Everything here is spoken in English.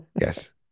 yes